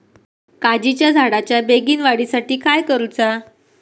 काजीच्या झाडाच्या बेगीन वाढी साठी काय करूचा?